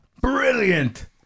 Brilliant